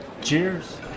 Cheers